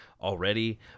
already